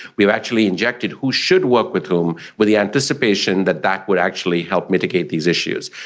we've actually injected who should work with whom, with the anticipation that that would actually help mitigate these issues.